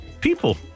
people